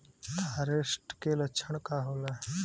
फारेस्ट के लक्षण का होला?